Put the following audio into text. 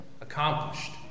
accomplished